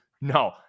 No